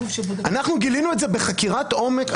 אנחנו גילינו את זה בחקירת עומק.